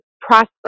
prosper